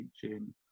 teaching